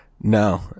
No